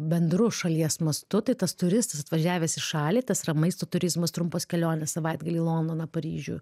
bendru šalies mastu tai tas turistas atvažiavęs į šalį tas yra maisto turizmas trumpos kelionės savaitgalį į londoną paryžių